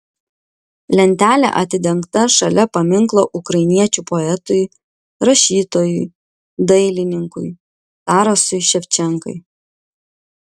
lentelė atidengta šalia paminklo ukrainiečių poetui rašytojui dailininkui tarasui ševčenkai